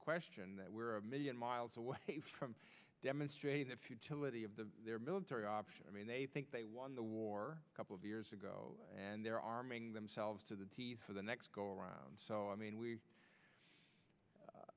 question that we're a million miles away from demonstrating the futility of the military option i mean they think they won the war a couple of years ago and they're arming themselves to the teeth for the next go around so i mean we